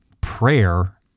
prayer